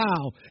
wow